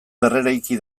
berreraiki